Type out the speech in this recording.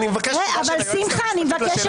אני מבקש תשובה של היועצת המשפטית לשאלה,